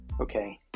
Okay